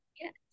Yes